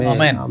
Amen